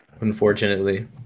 unfortunately